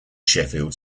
sheffield